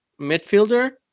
midfielder